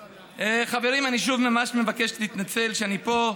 חברים, שוב אני ממש מבקש להתנצל שאני פה.